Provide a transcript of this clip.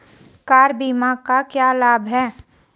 Car बीमा का क्या लाभ है?